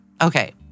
Okay